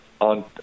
on